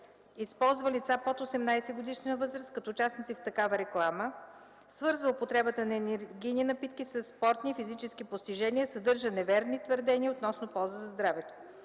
използва лица под 18 годишна възраст като участници в такава реклама; свързва употребата на енергийни напитки със спортни и физически постижения; съдържа неверни твърдения относно полза за здравето.